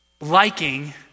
liking